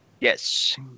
yes